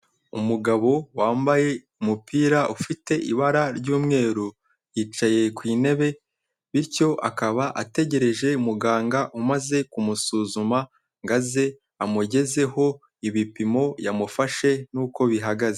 Umugabo wambaye umupira ufite ibara ry'umweru, yicaye ku intebe bityo akaba ategereje muganga umaze kumusuzuma ngo aze amugezeho ibipimo yamufashe n'uko bihagaze.